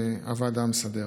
הוועדה המסדרת.